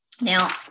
Now